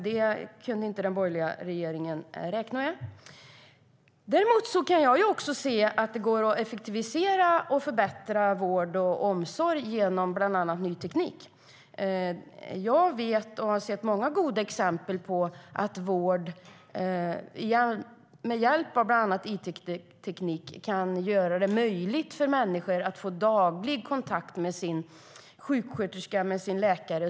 Det kunde inte den borgerliga regeringen räkna ut. Däremot kan också jag se att det går att effektivisera och förbättra vård och omsorg genom till exempel ny teknik. Jag har sett många goda exempel på att vård med hjälp av it-teknik gör det möjligt för människor att få daglig kontakt med sin sjuksköterska eller läkare.